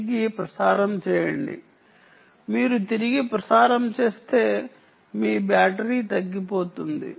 తిరిగి ప్రసారం చేయండి మీరు తిరిగి ప్రసారం చేస్తే మీ బ్యాటరీ తగ్గిపోతుంది